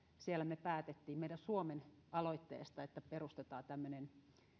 siellä me päätimme suomen aloitteesta että perustetaan tämmöinen